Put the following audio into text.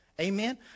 Amen